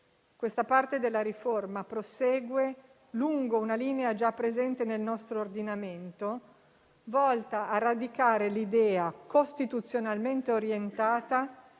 Questa parte della riforma prosegue lungo una linea già presente nel nostro ordinamento, volta a radicare l'idea, costituzionalmente orientata,